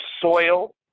soil